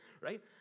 right